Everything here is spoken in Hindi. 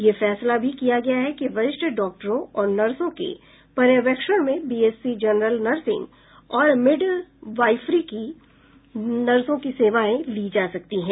यह फैसला भी किया गया कि वरिष्ठ डॉक्टरों और नर्सों के पर्यवेक्षण में B S C general nursing और मिड वाइफरी नर्सों की सेवाएं ली जा सकती हैं